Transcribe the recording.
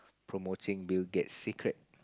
promoting Bill-Gates secret